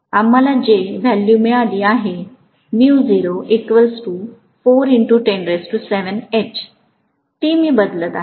आम्हाला जे व्हॅल्यू मिळाली आहे h ती मी बदलत आहे